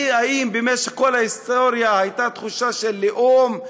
האם במשך כל ההיסטוריה הייתה תחושה של לאום,